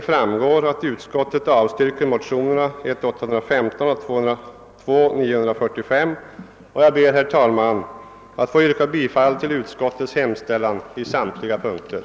Jag ber, herr talman, att få yrka bi igenom erfarenhet skulle vinnas om denna låneform.